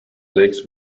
lakes